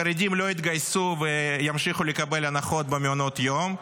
החרדים לא יתגייסו וימשיכו לקבל הנחות במעונות היום,